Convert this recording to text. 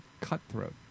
cutthroat